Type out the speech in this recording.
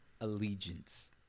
allegiance